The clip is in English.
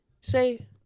Say